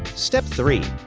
step three.